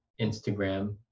Instagram